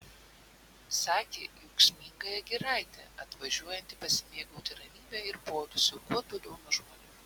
sakė į ūksmingąją giraitę atvažiuojanti pasimėgauti ramybe ir poilsiu kuo toliau nuo žmonių